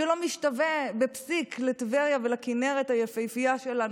שלא משתווה בפסיק לטבריה ולכינרת היפהפייה שלנו,